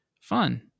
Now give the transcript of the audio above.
Fun